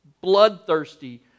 bloodthirsty